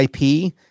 IP